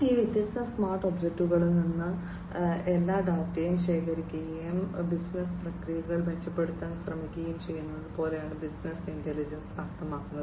ഈ വ്യത്യസ്ത സ്മാർട്ട് ഒബ്ജക്റ്റുകളിൽ നിന്ന് എല്ലാ ഡാറ്റയും ശേഖരിക്കുകയും ബിസിനസ്സ് പ്രക്രിയകൾ മെച്ചപ്പെടുത്താൻ ശ്രമിക്കുകയും ചെയ്യുന്നതു പോലെയാണ് ബിസിനസ് ഇന്റലിജൻസ് അർത്ഥമാക്കുന്നത്